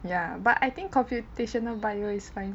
ya but I think computational bio is fine